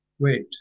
Wait